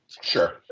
Sure